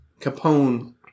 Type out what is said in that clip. Capone